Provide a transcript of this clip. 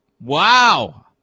Wow